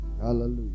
Hallelujah